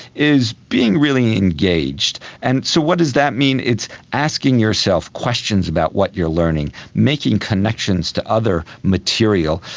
is being really engaged. and so what does that mean? it's asking yourself questions about what you are learning, making connections to other material,